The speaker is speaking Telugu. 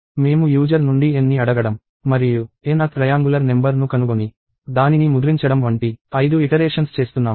మేము యూజర్ నుండి n ని అడగడం మరియు nth ట్రయాంగులర్ నెంబర్ ను కనుగొని దానిని ముద్రించడం వంటి ఐదు ఇటరేషన్స్ చేస్తున్నాము